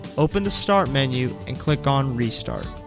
open the start menu and click on restart